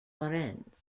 lorentz